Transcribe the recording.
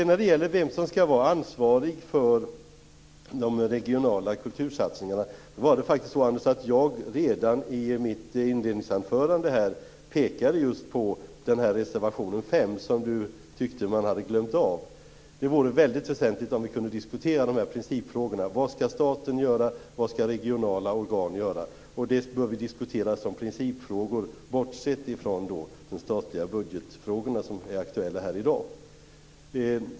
När det gäller vem som skall vara ansvarig för de regionala kultursatsningarna var det faktiskt så att jag redan i mitt inledningsanförande här pekade just på den reservation 5 som Anders Nilsson tyckte att man hade glömt bort. Det vore väldigt väsentligt om vi kunde diskutera de här principfrågorna. Vad skall staten göra? Vad skall regionala organ göra? Det bör vi diskutera som principfrågor bortsett från de statliga budgetfrågor som är aktuella här i dag.